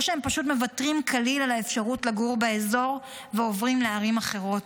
או שהם פשוט מוותרים כליל על האפשרות לגור באזור ועוברים לערים אחרות.